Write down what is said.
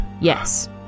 Yes